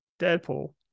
Deadpool